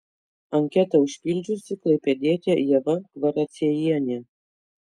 anketą užpildžiusi klaipėdietė ieva kvaraciejienė